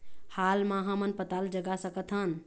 हाल मा हमन पताल जगा सकतहन?